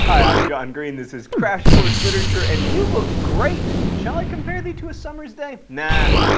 hi i'm john green, this is crash course literature, and you look great. shall i compare thee to a summer's day? nah.